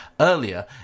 earlier